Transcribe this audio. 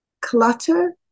clutter